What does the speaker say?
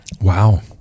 Wow